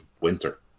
winter